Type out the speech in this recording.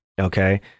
Okay